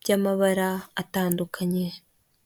by'amabara atandukanye.